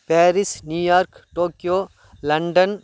Paris New York Tokyo London